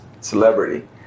celebrity